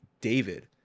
David